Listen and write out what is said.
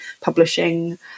publishing